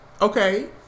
Okay